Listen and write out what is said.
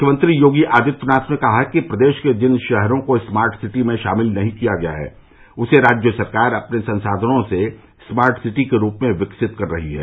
मुख्यमंत्री योगी आदित्यनाथ ने कहा है कि प्रदेश के जिन शहरों को स्मार्ट सिटी में शामिल नही किया गया है उसे राज्य सरकार अपने संसाधनों से स्मार्ट सिटी के रूप में विकसित कर रही है